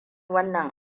wannan